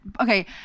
okay